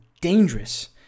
dangerous